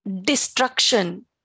destruction